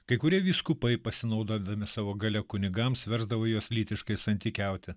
kai kurie vyskupai pasinaudodami savo galia kunigams versdavo juos lytiškai santykiauti